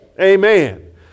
Amen